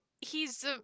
he's-